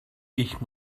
ich